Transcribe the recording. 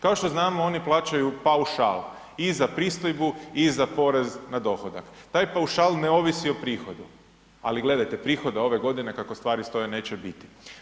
Kao što znamo oni plaćaju paušal i za pristojbu i za porez na dohodak, taj paušal ne ovisi o prihodu, ali gledajte prihoda ove godine kako stvari stoje neće biti.